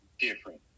different